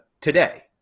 today